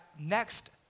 next